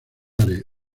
haré